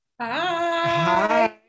Hi